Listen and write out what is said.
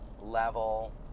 level